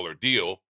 deal